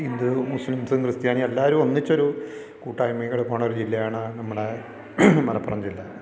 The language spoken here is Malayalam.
ഹിന്ദു മുസ്ലിംസും ക്രിസ്ത്യാനികളും എല്ലാവരും ഒന്നിച്ച് ഒരു കൂട്ടായ്മയിൽ കൂടെ പോകുന്ന ഒരു ജില്ലയാണ് നമ്മുടെ മലപ്പുറം ജില്ല